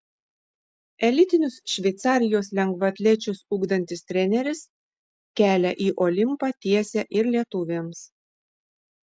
elitinius šveicarijos lengvaatlečius ugdantis treneris kelią į olimpą tiesia ir lietuvėms